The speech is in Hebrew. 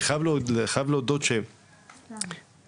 אני חייב להודות --- נשאר לנו את סתיו.